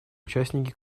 участники